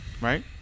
right